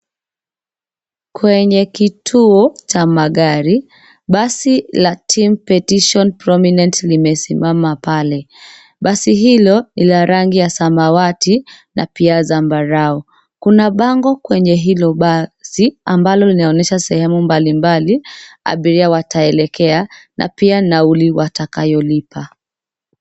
Kwenye kituo cha magari, basi la team petition prominent limesimama pale. Basi hilo ni la rangi ya samawati na pia zambarau. Kuna bango kwenye hilo basi ambalo linaonyesha sehemu mbalimbali abiria wataelekea na pia nauli watakayolipa.